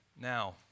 now